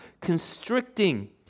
constricting